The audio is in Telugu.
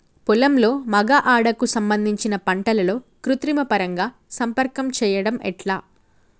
పొలంలో మగ ఆడ కు సంబంధించిన పంటలలో కృత్రిమ పరంగా సంపర్కం చెయ్యడం ఎట్ల?